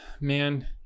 man